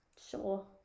Sure